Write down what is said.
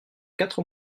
quatre